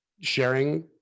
sharing